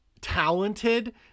talented